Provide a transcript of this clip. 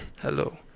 hello